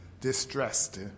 distressed